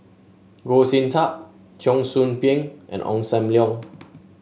Goh Sin Tub Cheong Soo Pieng and Ong Sam Leong